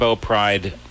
pride